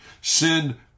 Sin